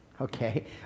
Okay